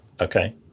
Okay